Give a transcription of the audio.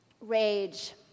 rage